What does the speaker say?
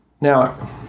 Now